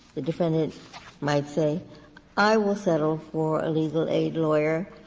the defendant might say i will settle for a legal aid lawyer,